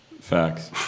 Facts